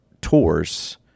Tours